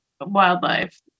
wildlife